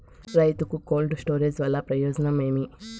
రైతుకు cold storage వల్ల ప్రయోజనం ఏమి?